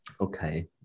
Okay